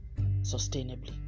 sustainably